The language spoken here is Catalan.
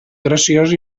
graciós